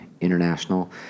international